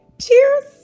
Cheers